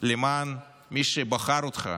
למען מי שבחר אותך